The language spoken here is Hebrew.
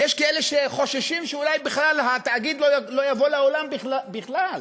ויש כאלה שחוששים שאולי בכלל התאגיד לא יבוא לעולם בכלל,